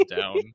down